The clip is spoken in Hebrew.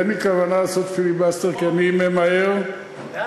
אין לי כוונה לעשות פיליבסטר כי אני ממהר לנשיא,